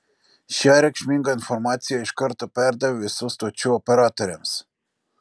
šią reikšmingą informaciją iš karto perdavė visų stočių operatoriams